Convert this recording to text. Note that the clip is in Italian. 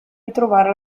ritrovare